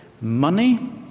money